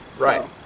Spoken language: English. Right